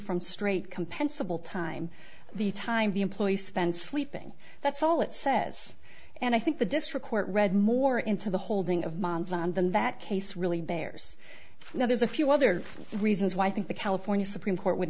from straight compensable time the time the employees spend sleeping that's all it says and i think the district court read more into the holding of manzanar than that case really bears now there's a few other reasons why i think the california supreme court would